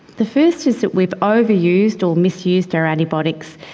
the first is that we've overused or misused our antibiotics,